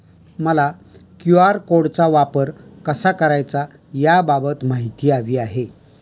मला क्यू.आर कोडचा वापर कसा करायचा याबाबत माहिती हवी आहे